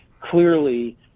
clearly